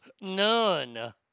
none